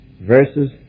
Verses